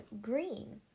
green